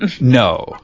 No